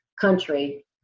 country